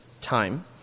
time